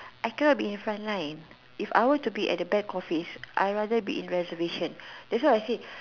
I cannot be in front line if I were to be in back office I rather to be in reservation thats why I say